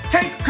Take